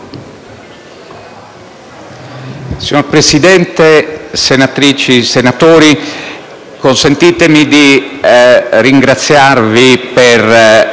Signor Presidente, senatrici e senatori, consentitemi di ringraziarvi per